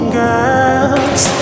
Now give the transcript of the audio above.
girls